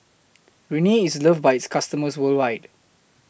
Rene IS loved By its customers worldwide